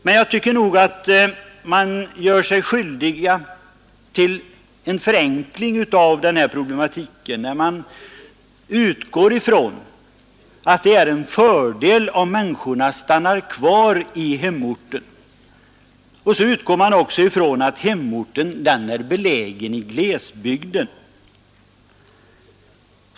Men jag tycker att man gör sig skyldig till en förenkling av den här problematiken, när man utgår från att det är en fördel om människorna stannar kvar i hemorten och även utgår från att hemorten är belägen i glesbygden.